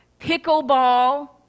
Pickleball